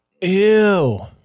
Ew